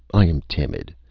i am timid!